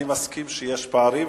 אני מסכים שיש פערים,